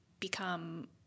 become